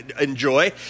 enjoy